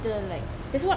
go hospital like